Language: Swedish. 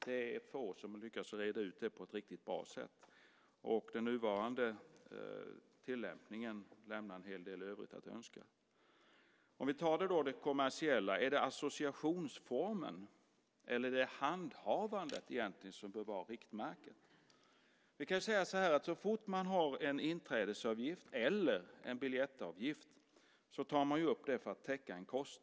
Det är få som har lyckats reda ut det på ett riktigt bra sätt. Den nuvarande tillämpningen lämnar en hel del i övrigt att önska. Om vi då tar det kommersiella: Är det associationsformen eller handhavandet som bör vara riktmärket? Vi kan säga så här: Så fort man har en inträdesavgift eller en biljettavgift tar man upp det för att täcka en kostnad.